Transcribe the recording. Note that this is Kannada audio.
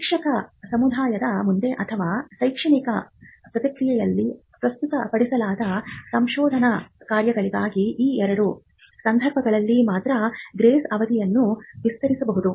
ಶಿಕ್ಷಕ ಸಮುದಾಯದ ಮುಂದೆ ಅಥವಾ ಶೈಕ್ಷಣಿಕ ಪತ್ರಿಕೆಯಲ್ಲಿ ಪ್ರಸ್ತುತಪಡಿಸಲಾದ ಸಂಶೋಧನಾ ಕಾರ್ಯಗಳಿಗಾಗಿ ಈ ಎರಡು ಸಂದರ್ಭಗಳಲ್ಲಿ ಮಾತ್ರ ಗ್ರೇಸ್ ಅವಧಿಯನ್ನು ವಿಸ್ತರಿಸಬಹುದು